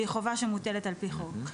והיא חובה שמוטלת על פי חוק.